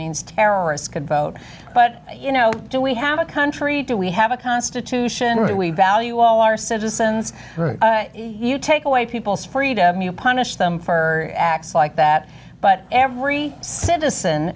means terrorists could vote but you know do we have a country do we have a constitution we value all our citizens you take away people's freedom you punish them for acts like that but every citizen